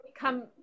come